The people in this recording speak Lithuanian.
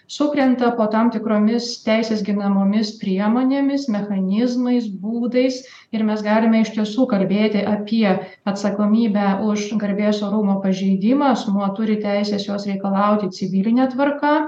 sukrenta po tam tikromis teisės ginamomis priemonėmis mechanizmais būdais ir mes galime iš tiesų kalbėti apie atsakomybę už garbės orumo pažeidimą asmuo turi teisės jos reikalauti civiline tvarka